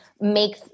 make